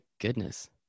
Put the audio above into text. goodness